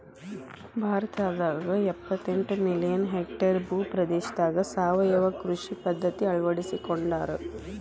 ಭಾರತದಾಗ ಎಪ್ಪತೆಂಟ million hectare ಭೂ ಪ್ರದೇಶದಾಗ ಸಾವಯವ ಕೃಷಿ ಪದ್ಧತಿ ಅಳ್ವಡಿಸಿಕೊಂಡಾರ